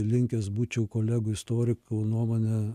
linkęs būčiau kolegų istorikų nuomonę